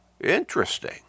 interesting